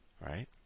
right